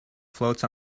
floats